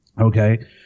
okay